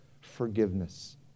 forgiveness